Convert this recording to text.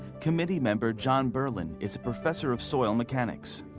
committee member john burland is a professor of soil mechanics.